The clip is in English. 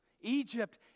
Egypt